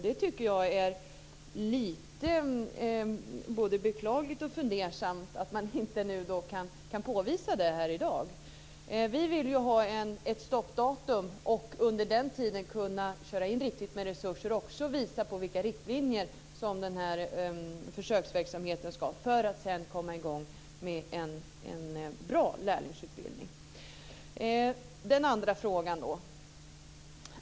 Jag tycker att det är beklagligt att man inte kan påvisa det här i dag, och jag blir lite fundersam över det. Vi vill ju ha ett stoppdatum. Fram till dess ska vi kunna sätta in ordentligt med resurser och också kunna visa vilka riktlinjer den här försöksverksamheten ska arbeta efter. Då kan vi senare komma i gång med en bra lärlingsutbildning. Jag har också en annan fråga.